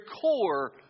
core